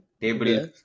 Table